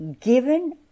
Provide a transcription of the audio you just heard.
given